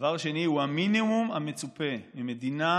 דבר שני, הוא המינימום המצופה ממדינה